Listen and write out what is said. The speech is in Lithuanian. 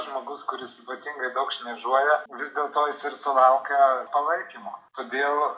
žmogus kuris ypatingai daug šmėžuoja vis dėl to jis ir sulaukia palaikymo todėl